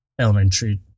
elementary